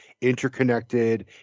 interconnected